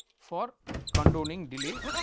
for condoning delay,